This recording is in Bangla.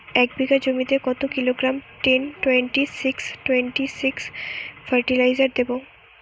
এক বিঘা জমিতে কত kilogram ten twenty six twenty six fertiliser দেবো?